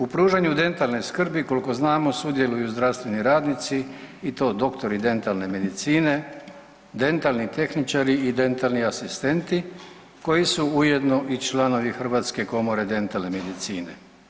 U pružanju dentalne skrbi koliko znamo sudjeluju zdravstveni radnici i to doktori dentalne medicine, dentalni tehničari i dentalni asistenti koji su ujedno i članovi Hrvatske komore dentalne medicine.